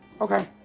Okay